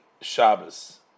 Shabbos